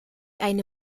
eine